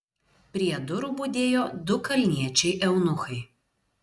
prie durų budėjo du kalniečiai eunuchai